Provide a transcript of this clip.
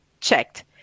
Checked